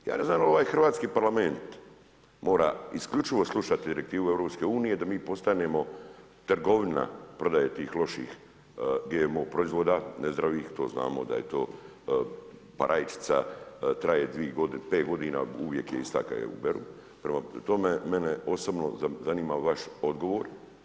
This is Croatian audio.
Ja ne znam jel' ovaj hrvatski parlament mora isključivo slušati direktivu EU-a da mi postanemo trgovina prodaje tih loših GMO proizvoda, nezdravih, to znamo da je to rajčica, traje 5 godina, uvijek je ista kad je uberu, prema tome mene osobno zanima vaš odgovor.